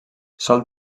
sol